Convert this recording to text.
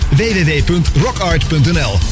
www.rockart.nl